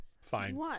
Fine